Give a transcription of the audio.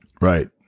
Right